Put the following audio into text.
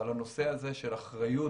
אבל הנושא הזה של אחריות